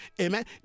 amen